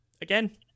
Again